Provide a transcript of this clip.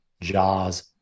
Jaws